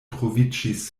troviĝis